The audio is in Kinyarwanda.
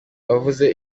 wavuze